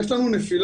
יש לנו נפילה,